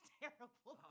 terrible